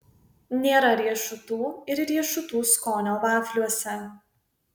nėra riešutų ir riešutų skonio vafliuose